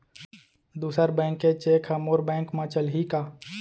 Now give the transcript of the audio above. दूसर बैंक के चेक ह मोर बैंक म चलही का?